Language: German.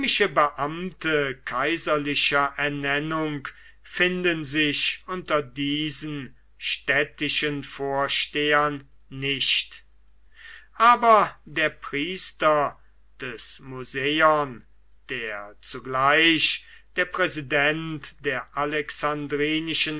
kaiserlicher ernennung finden sich unter diesen städtischen vorstehern nicht aber der priester des museion der zugleich der präsident der